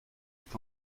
est